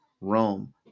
Rome